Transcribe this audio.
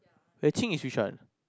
yue qing is which one